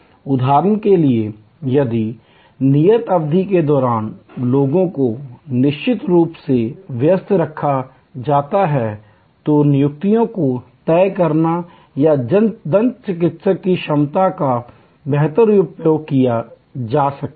उदाहरण के लिए यदि नियत अवधि के दौरान लोगों को निश्चित रूप से व्यस्त रखा जाता है तो नियुक्तियों को तय करने पर दंत चिकित्सक की क्षमता का बेहतर उपयोग किया जा सकता है